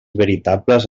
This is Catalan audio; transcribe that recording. veritables